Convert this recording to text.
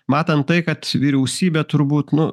matant tai kad vyriausybė turbūt nu